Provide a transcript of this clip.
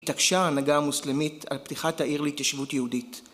התעקשה ההנהגה המוסלמית על פתיחת העיר להתיישבות יהודית.